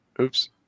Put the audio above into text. Oops